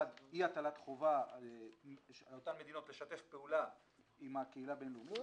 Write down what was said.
אי הטלת חובה על אותן מדינות לשתף פעולה עם הקהילה הבינלאומית,